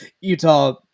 Utah